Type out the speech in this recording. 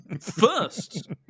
first